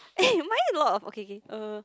eh mine a lot of okay K uh